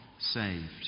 saved